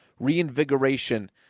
Reinvigoration